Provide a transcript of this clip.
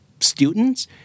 students